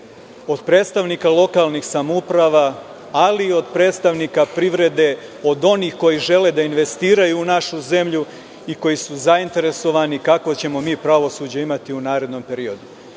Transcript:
od predstavnika lokalnih samouprava, ali i od predstavnika privrede, od onih koji žele da investiraju u našu zemlju i koji su zainteresovani kakvo ćemo mi pravosuđe imati u narednom periodu.